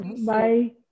Bye